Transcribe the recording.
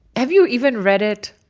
have you even read it?